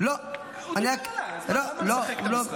הוא דיבר אליי, אז למה לשחק את המשחקים האלה?